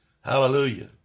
Hallelujah